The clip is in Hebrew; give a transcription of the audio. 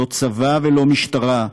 לא צבא ולא משטרה,